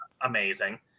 amazing